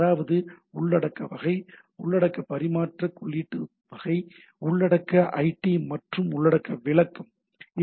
அதாவது உள்ளடக்க வகை உள்ளடக்க பரிமாற்ற குறியீட்டு வகை உள்ளடக்க ஐடி மற்றும் உள்ளடக்க விளக்கம்